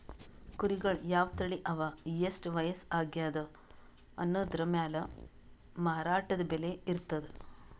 ಕುರಿಗಳ್ ಯಾವ್ ತಳಿ ಅವಾ ಎಷ್ಟ್ ವಯಸ್ಸ್ ಆಗ್ಯಾದ್ ಅನದ್ರ್ ಮ್ಯಾಲ್ ಮಾರಾಟದ್ ಬೆಲೆ ಇರ್ತದ್